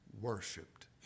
worshipped